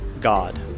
God